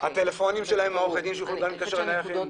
הטלפונים שלהם שיוכלו להתקשר גם לטלפונים נייחים.